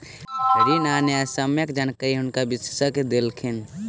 ऋण आ न्यायसम्यक जानकारी हुनका विशेषज्ञ देलखिन